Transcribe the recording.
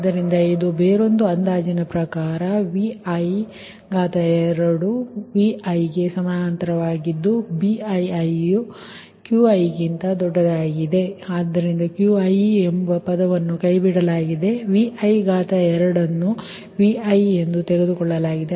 ಆದ್ದರಿಂದ ಇದು ಬೇರೊಂದು ಅಂದಾಜಿನ ಪ್ರಕಾರ |Vi|2≅|Vi| ಮತ್ತು BiiQi ಆಗಿದೆ ಆದ್ದರಿಂದ Qi ಎಂಬ ಪದವನ್ನು ಕೈಬಿಡಲಾಗಿದೆ ಮತ್ತು |Vi|2ಅನ್ನು |Vi| ಎಂದು ತೆಗೆದುಕೊಳ್ಳಲಾಗಿದೆ